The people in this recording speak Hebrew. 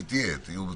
היא לא פה.